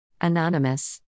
Anonymous